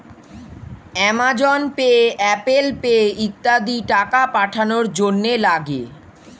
Amazon pay, Apple pay ইত্যাদি টাকা পাঠানোর জন্যে লাগে